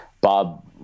Bob